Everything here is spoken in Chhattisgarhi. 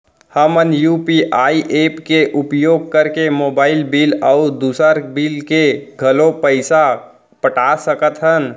हमन यू.पी.आई एप के उपयोग करके मोबाइल बिल अऊ दुसर बिल के घलो पैसा पटा सकत हन